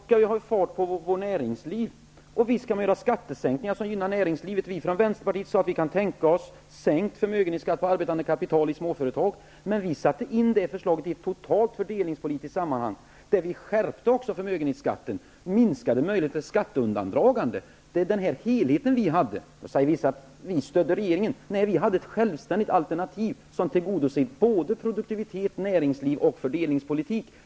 Herr talman! Självfallet skall vi ha fart på vårt näringsliv, och visst kan man göra skattesänkningar som gynnar näringslivet. Vi har från Vänsterpartiet sagt att vi kan tänka oss sänkt förmögenhetsskatt på arbetande kapital i småföretag. Men vi satte in det förslaget i ett totalt fördelningspolitiskt sammanhang, och vi ville också skärpa förmögenhetsskatten och minska möjligheten till skatteundandragande. Nu säger vissa att vi stödde regeringen. Nej, vi hade ett självständigt alternativ, som tillgodoser både produktivitet, näringsliv och fördelningspolitik.